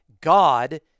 God